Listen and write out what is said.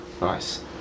Nice